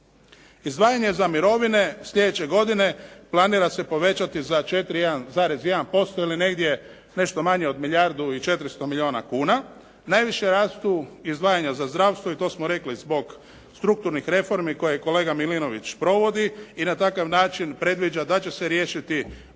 Izdvajanje za mirovine sljedeće godine planira se povećati za 4,1% ili negdje nešto manje od milijardu i 400 milijuna kuna, najviše rastu izdvajanja za zdravstvo i to smo rekli zbog strukturnih reformi koje i kolega Milinović provodi i na takav način predviđa da će se riješiti dugogodišnji